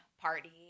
party